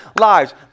lives